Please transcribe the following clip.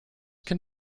can